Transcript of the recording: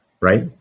right